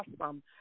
awesome